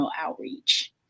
outreach